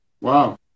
Wow